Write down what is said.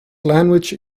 language